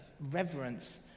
reverence